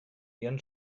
ihren